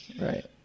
Right